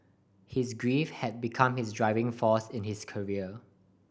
his grief had become his driving force in his career